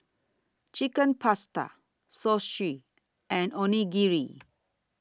Chicken Pasta Zosui and Onigiri